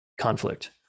conflict